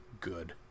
good